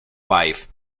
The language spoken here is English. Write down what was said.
wife